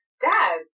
dad